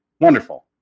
wonderful